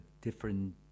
different